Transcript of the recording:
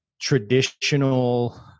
traditional